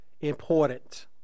important